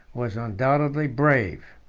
was undoubtedly brave.